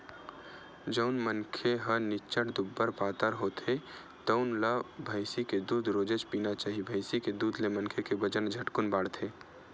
जउन मनखे ह निच्चट दुबर पातर होथे तउन ल भइसी के दूद रोजेच पीना चाही, भइसी के दूद ले मनखे के बजन ह झटकुन बाड़थे